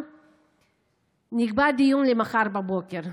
נקבע דיון למחר בבוקר,